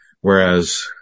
Whereas